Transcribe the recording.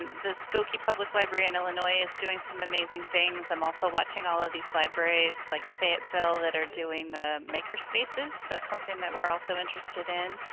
the skokie public library in illinois is doing some amazing things. i'm also watching all ah these libraries like fayetteville that are doing the maker spaces. that's something we're also interested in.